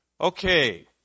Okay